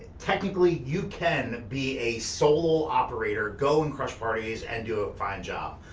technically, you can be a solo operator, go and crush parties, and do a fine job.